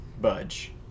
budge